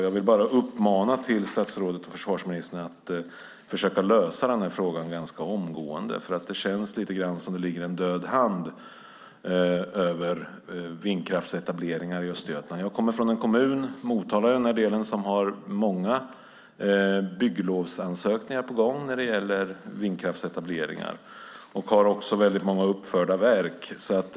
Jag vill bara uppmana försvarsministern att försöka lösa denna fråga ganska omgående eftersom det lite grann känns som om det ligger en död hand över vindkraftsetableringar i Östergötland. Jag kommer från Motala kommun som har många bygglovsansökningar på gång när det gäller vindkraftsetableringar och som också har många uppförda vindkraftverk.